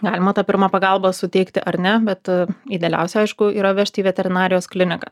galima tą pirmą pagalbą suteikti ar ne bet idealiausia aišku yra vežti į veterinarijos kliniką